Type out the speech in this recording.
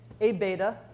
A-beta